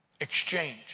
exchange